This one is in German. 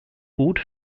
gut